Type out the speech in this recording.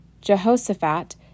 Jehoshaphat